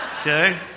Okay